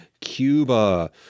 Cuba